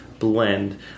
blend